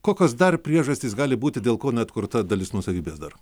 kokios dar priežastys gali būti dėl ko neatkurta dalis nuosavybės dar